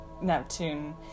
Neptune